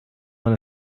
man